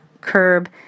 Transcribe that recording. curb